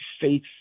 faith